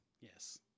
Yes